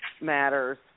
matters